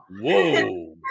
whoa